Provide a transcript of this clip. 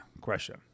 question